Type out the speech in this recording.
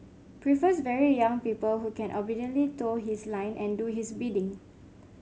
prefers very young people who can obediently toe his line and do his bidding